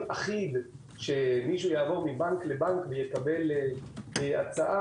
אחיד שמי שיעבור מבנק לבנק ויקבל הצעה,